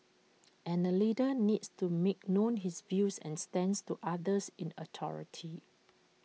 and A leader needs to make known his views and stance to others in authority